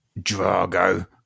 Drago